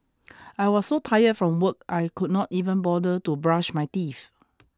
I was so tired from work I could not even bother to brush my teeth